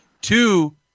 two